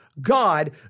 God